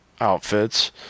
outfits